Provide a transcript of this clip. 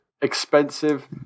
expensive